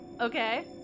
okay